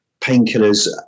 painkillers